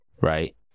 right